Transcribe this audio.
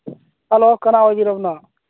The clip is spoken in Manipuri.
ꯍꯂꯣ ꯀꯅꯥ ꯑꯣꯏꯕꯤꯔꯕꯅꯣ